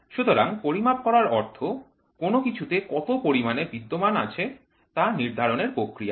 সুতরাং পরিমাপ করার অর্থ কোন কিছুতে কত পরিমাণে বিদ্যমান আছে তা নির্ধারণের প্রক্রিয়া